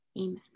Amen